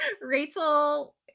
Rachel